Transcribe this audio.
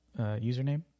username